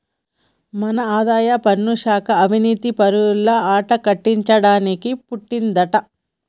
మన ఆదాయపన్ను శాఖ అవనీతిపరుల ఆట కట్టించడానికి పుట్టిందంటా